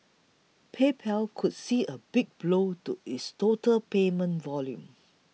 PayPal could see a big blow to its total payments volume